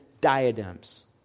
diadems